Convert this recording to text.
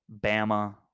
Bama